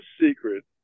secret